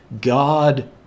God